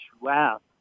wow